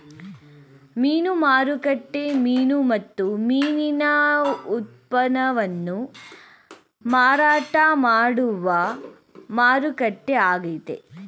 ಮೀನು ಮಾರುಕಟ್ಟೆ ಮೀನು ಮತ್ತು ಮೀನಿನ ಉತ್ಪನ್ನವನ್ನು ಮಾರಾಟ ಮಾಡುವ ಮಾರುಕಟ್ಟೆ ಆಗೈತೆ